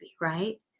right